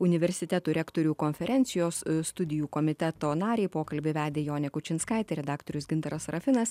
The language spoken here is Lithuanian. universitetų rektorių konferencijos studijų komiteto narei pokalbį vedė jonė kučinskaitė redaktorius gintaras rafinas